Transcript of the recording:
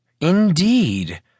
Indeed